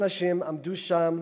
אנשים עמדו שם